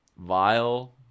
vile